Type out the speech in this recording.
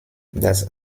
das